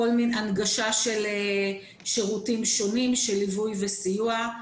הנגשה של שירותים שונים של ליווי וסיוע.